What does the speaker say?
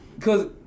Cause